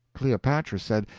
cleopatra said,